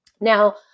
Now